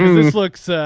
this looks.